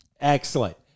Excellent